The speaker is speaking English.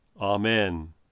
Amen